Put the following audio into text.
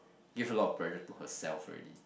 give a lot of pressure to herself already